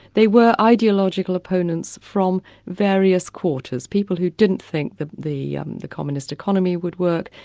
they were ideological opponents from various quarters, people who didn't think that the the communist economy would work,